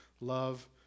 love